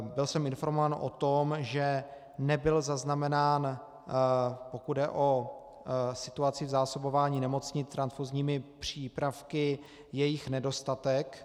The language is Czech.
Byl jsem informován o tom, že nebyl zaznamenán, pokud jde o situaci v zásobování nemocnic transfuzními přípravky, jejich nedostatek.